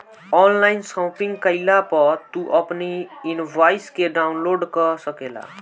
online shopping कईला पअ तू अपनी इनवॉइस के डाउनलोड कअ सकेला